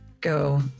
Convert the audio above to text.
go